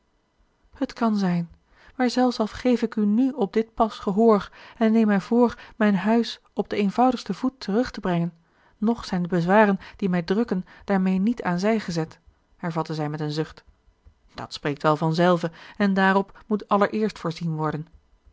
het kan zijn maar zelfs al geef ik u nu op dit pas gehoor en neem mij voor mijn huis op den eenvoudigsten voet terug te brengen nog zijn de bezwaren die mij drukken daarmeê niet aan zij gezet hervatte zij met een zucht dat spreekt wel vanzelve en daarop moet allereerst voorzien worden